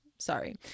Sorry